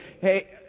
hey